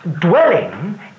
dwelling